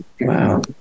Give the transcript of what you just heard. Wow